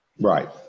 Right